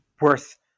worth